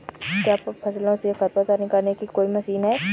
क्या फसलों से खरपतवार निकालने की कोई मशीन है?